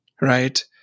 Right